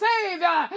Savior